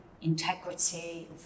integrity